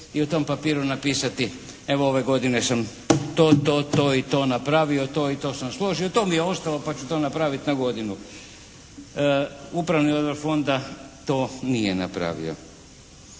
i u tom papiru napisati evo ove godine sam to, to, to i to napravio, to i to sam složio, to mi je ostalo pa ću to napraviti na godinu. Upravni odbor fonda to nije napravio.